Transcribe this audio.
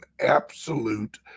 absolute